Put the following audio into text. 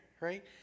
right